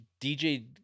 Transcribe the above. DJ